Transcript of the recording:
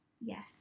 Yes